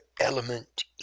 element